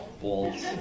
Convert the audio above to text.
Balls